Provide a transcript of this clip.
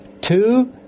two